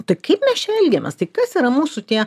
tai kaip mes čia elgiamės tai kas yra mūsų tie